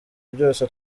byose